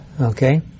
Okay